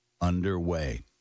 underway